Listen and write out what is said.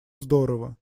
здорово